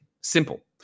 Simple